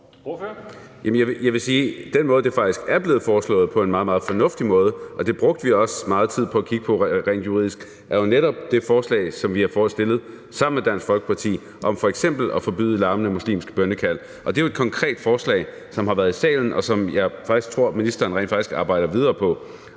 jeg vil sige, at den måde, hvorpå det faktisk er blevet foreslået på en meget, meget fornuftig måde – og det brugte vi også meget tid på at kigge på rent juridisk – er jo netop det forslag, som vi har prøvet at fremsætte sammen med Dansk Folkeparti om f.eks. at forbyde larmende muslimsk bønnekald. Det var et konkret forslag, som har været i salen, og som jeg tror ministeren rent faktisk arbejder videre på.